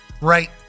right